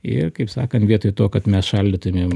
ir kaip sakant vietoj to kad mes šaldytumėm